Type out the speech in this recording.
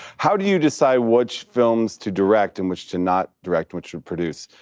how do you decide which films to direct and which to not direct which you produce?